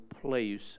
place